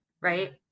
Right